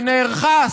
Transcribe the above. שנערכה,